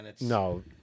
No